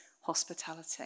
hospitality